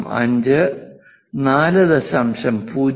5 4